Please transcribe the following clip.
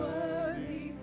Worthy